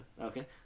Okay